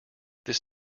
this